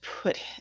put